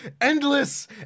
endless